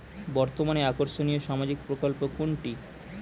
বর্তমানে আকর্ষনিয় সামাজিক প্রকল্প কোনটি?